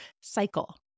cycle